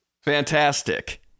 Fantastic